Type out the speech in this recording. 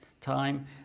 time